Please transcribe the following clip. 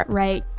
right